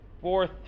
fourth